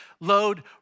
load